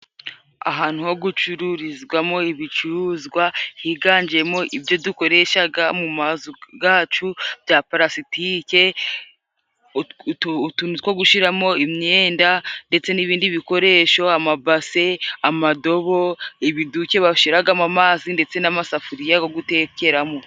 Ahantu ho gucururizwamo ibicuruzwa higanjemo ibyo dukoreshaga mu mazu gacu bya palasitike, utuntu two gushiramo imyenda, ndetse n'ibindi bikoresho amabase, amadobo, ibiduki bashiragamo amazi, ndetse n'amasafuriya go gutekeramo.